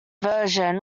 version